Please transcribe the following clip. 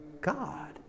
God